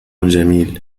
جميل